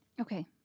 Okay